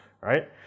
right